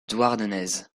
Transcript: douarnenez